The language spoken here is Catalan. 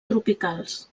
tropicals